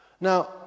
Now